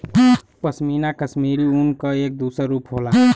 पशमीना कशमीरी ऊन क एक दूसर रूप होला